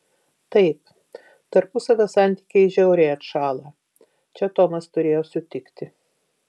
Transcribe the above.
taip tarpusavio santykiai žiauriai atšąla čia tomas turėjo sutikti